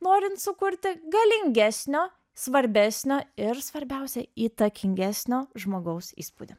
norint sukurti galingesnio svarbesnio ir svarbiausia įtakingesnio žmogaus įspūdį